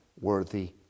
worthy